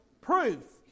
proof